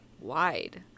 wide